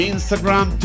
Instagram